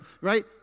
right